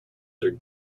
their